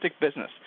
business